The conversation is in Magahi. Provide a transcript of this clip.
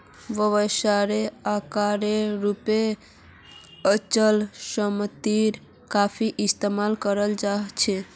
व्यवसायेर आकारेर रूपत अचल सम्पत्ति काफी इस्तमाल कराल जा छेक